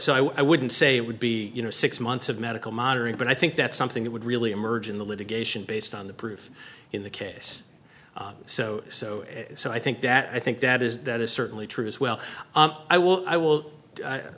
so i wouldn't say it would be you know six months of medical monitoring but i think that's something that would really emerge in the litigation based on the proof in the case so so so i think that i think that is that is certainly true as well i will i will i